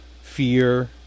fear